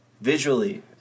visually